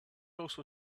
also